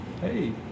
hey